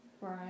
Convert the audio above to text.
Right